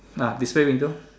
ah display window